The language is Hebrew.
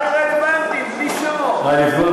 רק הרלוונטיים, בלי שמות.